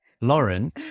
Lauren